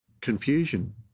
confusion